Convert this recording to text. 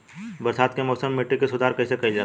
बरसात के मौसम में मिट्टी के सुधार कइसे कइल जाई?